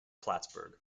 plattsburgh